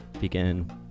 begin